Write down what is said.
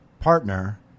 partner